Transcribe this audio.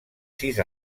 sis